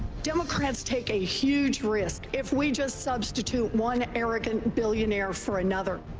democrats take a huge risk if we just substitute one arrogant billionaire for another.